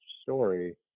story